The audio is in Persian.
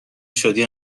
شدی